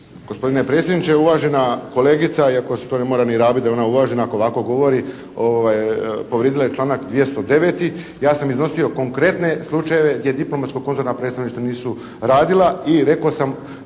Gospodine predsjedniče! Uvažena kolegica je kao što ja moram rabiti da je ona uvažena, ako ovako govori povrijedila je članak 209. Ja sam iznosio konkretne slučajeve gdje diplomatsko konzularna predstavništva nisu radila. I rekao sam